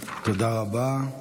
תודה רבה.